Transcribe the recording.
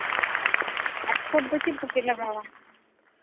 ᱟᱨ ᱠᱷᱚᱛ ᱫᱚ ᱪᱮᱫ ᱠᱚᱯᱮ ᱞᱟᱜᱟᱣᱟ